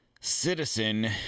citizen